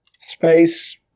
space